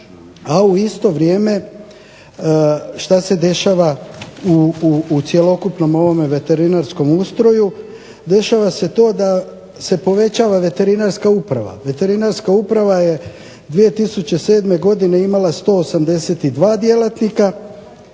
u isto vrijeme što se dešava u cjelokupnom ovom veterinarskom ustroju, dešava se to da se povećava veterinarska uprava. Veterinarska uprava je 2007. godine imala 182 djelatnika,